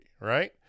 right